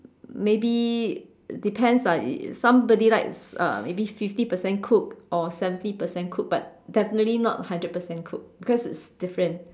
maybe depends ah somebody likes uh maybe fifty percent cooked or seventy percent cooked but definitely not hundred percent cooked cause it's different